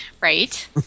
Right